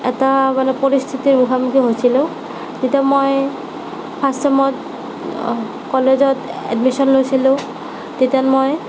এটা মানে পৰিস্থিতিৰ মুখামুখি হৈছিলোঁ তেতিয়া মই ফাৰ্ষ্ট ছেমত কলেজত এডমিশ্যন লৈছিলোঁ তেতিয়া মই